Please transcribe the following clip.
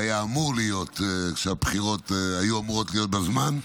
כמו שהיה אמור להיות כשהבחירות היו אמורות להיות בזמן,